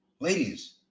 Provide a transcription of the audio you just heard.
Ladies